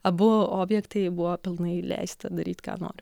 abu objektai buvo pilnai leista daryt ką noriu